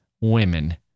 women